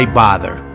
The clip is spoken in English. bother